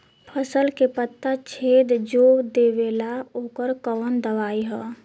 फसल के पत्ता छेद जो देवेला ओकर कवन दवाई ह?